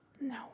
no